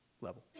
level